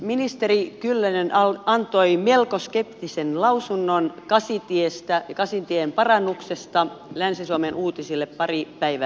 ministeri kyllönen antoi melko skeptisen lausunnon kasitiestä ja kasitien parannuksesta länsi suomen uutisille pari päivää sitten